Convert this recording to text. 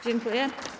Dziękuję.